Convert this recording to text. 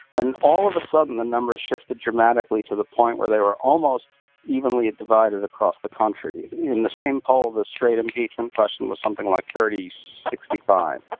and all of a sudden, the numbers shifted dramatically to the point where they were almost evenly divided across the country. in the same poll, the straight impeachment question was something like thirty sixty five.